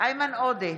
איימן עודה,